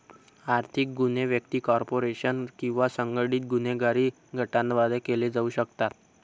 आर्थिक गुन्हे व्यक्ती, कॉर्पोरेशन किंवा संघटित गुन्हेगारी गटांद्वारे केले जाऊ शकतात